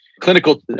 clinical